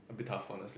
a bit tough honestly